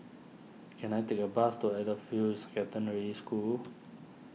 can I take a bus to Edgefield Secondary School